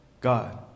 God